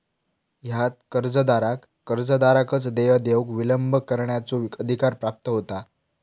ह्यात कर्जदाराक कर्जदाराकच देय देऊक विलंब करण्याचो अधिकार प्राप्त होता